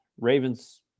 Ravens